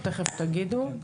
תכף תגידו.